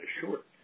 short